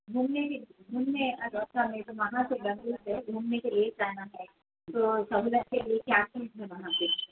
گھومنے گھومنے گھومنے کے لیے جانا ہے تو سہولت کے لیے کیا چیز ہے وہاں پر